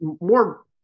more –